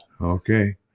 Okay